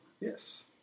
Yes